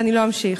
ואני לא אמשיך.